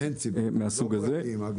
מעין ציבוריים, לא פרטיים.